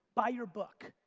buy your book,